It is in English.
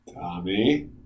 Tommy